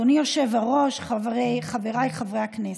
שוסטר, עכשיו, אדוני היושב-ראש, חבריי חברי הכנסת,